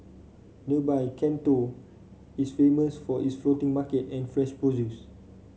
nearby Can Tho is famous for its floating market and fresh produce